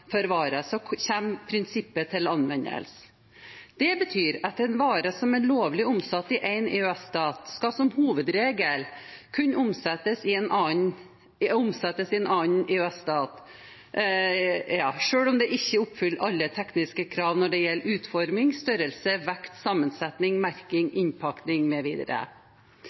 for varer, kommer prinsippet til anvendelse. Det betyr at en vare som er lovlig omsatt i en EØS-stat, som hovedregel skal kunne omsettes i en annen EØS-stat, selv om den ikke oppfyller alle tekniske krav når det gjelder utforming, størrelse, vekt, sammensetning, merking, innpakning mv. Det overordnede formålet med